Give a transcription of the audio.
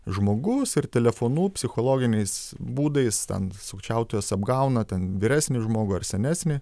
žmogus ir telefonu psichologiniais būdais ten sukčiautojas apgauna ten vyresnį žmogų ar senesnį